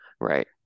Right